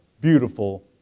Beautiful